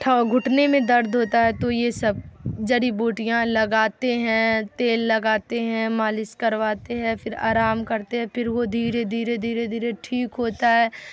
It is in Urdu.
ٹھو گھٹنے میں درد ہوتا ہے تو یہ سب جڑی بوٹیاں لگاتے ہیں تیل لگاتے ہیں مالش کرواتے ہیں پھر آرام کرتے ہیں پھر وہ دھیرے دھیرے دھیرے دھیرے ٹھیک ہوتا ہے